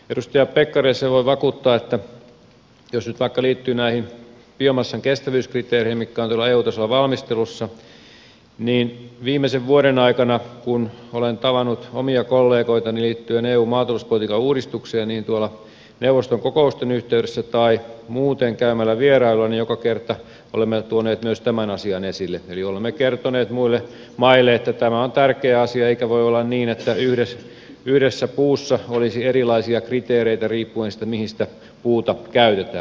edustaja pekkariselle voin vakuuttaa että jos nyt vaikka liittyy näihin biomassan kestävyyskriteereihin mitkä ovat tuolla eu tasolla valmistelussa niin viimeisen vuoden aikana kun olen tavannut omia kollegoitani liittyen eu maatalouspolitiikan uudistukseen tuolla neuvoston kokousten yhteydessä tai muuten käymällä vierailulla joka kerta olemme tuoneet myös tämän asian esille eli olemme kertoneet muille maille että tämä on tärkeä asia eikä voi olla niin että yhdessä puussa olisi erilaisia kriteereitä riippuen sitten mihin sitä puuta käytetään